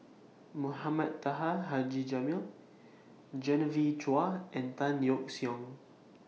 Mohamed Taha Haji Jamil Genevieve Chua and Tan Yeok Seong